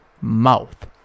mouth